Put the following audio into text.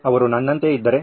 ಅವರು ನನ್ನಂತೆ ಇದ್ದರೆ